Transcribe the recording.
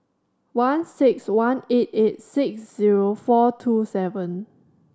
one six one eight eight six zero four two seven